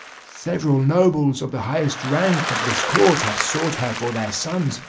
several nobles of the highest rank at this court have sought her for their sons,